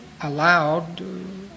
allowed